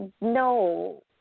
no